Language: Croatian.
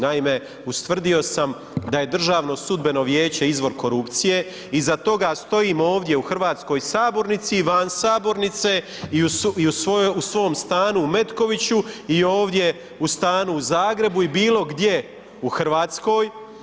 Naime, ustvrdio sam da je Državno sudbeno vijeće izvor korupcije, iza toga stojim ovdje u hrvatskoj sabornici i van sabornice i u svom stanu u Metkoviću i ovdje u stanu u Zagrebu i bilo gdje u Hrvatskoj.